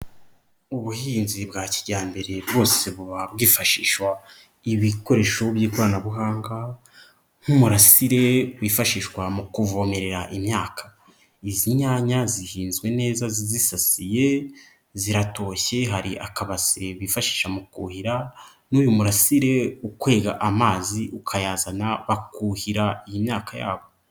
Ubuhinzi bwa kijyambere bwose buba bwifashisha ibikoresho by'ikoranabuhanga nk'umurasire wifashishwa mu kuvomerera imyaka. Izi nyanya zihinzwe neza zisasiye, ziratoshye. Hari akabase bifashisha mu kuhira n'uyu murasire ukwega amazi ukayazana bakuhira iyi myaka yabo.